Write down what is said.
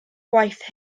gwaith